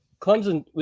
Clemson